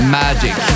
magic